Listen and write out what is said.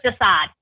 decide